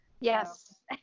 Yes